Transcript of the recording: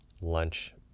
lunch